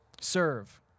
Serve